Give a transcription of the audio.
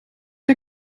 der